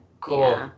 cool